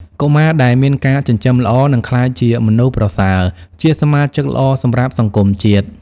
កុមារដែលមានការចិញ្ចឹមល្អ នឹងក្លាយជាមនុស្សប្រសើរ ជាសមាជិកល្អសម្រាប់សង្គមជាតិ។